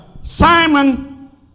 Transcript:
Simon